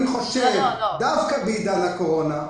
אני חושב שדווקא בעידן הקורונה,